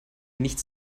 nichts